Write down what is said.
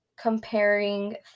Comparing